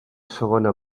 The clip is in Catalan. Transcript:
segona